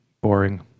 boring